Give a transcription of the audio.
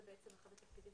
זה בעצם אחד התפקידים